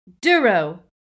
Duro